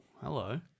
hello